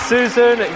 Susan